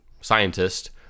scientist